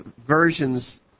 versions –